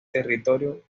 territorio